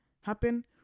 happen